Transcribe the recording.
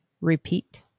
Repeat